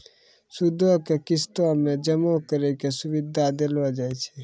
सूदो के किस्तो मे जमा करै के सुविधा देलो जाय छै